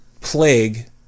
plague